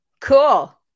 cool